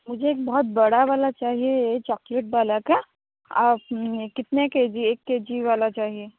मुझे एक बहुत बड़ा वला चाहिए ये चौक्लेट वाला क्या आप ये कितने के जी एक के जी वाला चाहिए